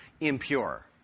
impure